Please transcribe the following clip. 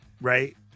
right